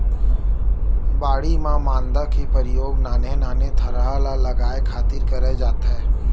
बाड़ी म मांदा के परियोग नान्हे नान्हे थरहा ल लगाय खातिर करे जाथे